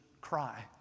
cry